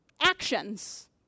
actions